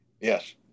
Yes